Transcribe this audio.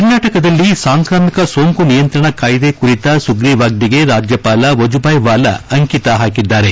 ಕರ್ನಾಟಕದಲ್ಲಿ ಸಾಂಕ್ರಾಮಿಕ ಸೋಂಕು ನಿಯಂತ್ರಣ ಕಾಯ್ದೆ ಕುರಿತ ಸುಗ್ರೀವಾಜ್ಷೆಗೆ ರಾಜ್ಯಪಾಲ ವಜೂಬಾಯಿ ವಾಲಾ ಅಂಕಿತ ಹಾಕಿದ್ಲಾರೆ